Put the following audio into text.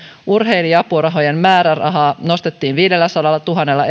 urheilija apurahojen määrärahaa nostettiin viidelläsadallatuhannella